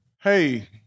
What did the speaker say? hey